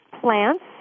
plants